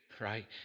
right